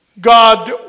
God